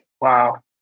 Wow